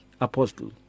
Apostle